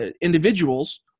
individuals